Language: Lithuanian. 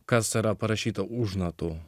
kas yra parašyta už natų